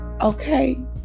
Okay